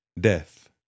death